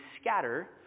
scatter